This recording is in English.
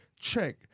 Check